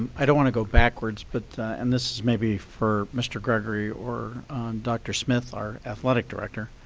i don't want to go backwards, but and this is maybe for mr. gregory or dr smith, our athletic director,